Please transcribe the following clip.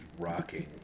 rocking